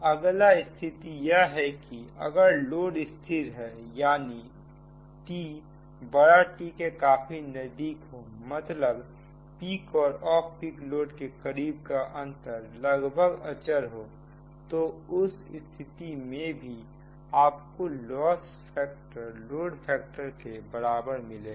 अगला स्थिति यह है कि अगर लोड स्थिर है यानी t T के काफी नजदीक हो मतलब पीक और ऑफ पीक लोड के बीच का अंतर लगभग अचर हो तो उस स्थिति में भी आपको लॉस फैक्टर लोड फैक्टर के बराबर मिलेगा